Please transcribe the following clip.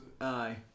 aye